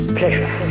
pleasure